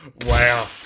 Wow